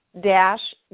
dash